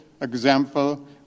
example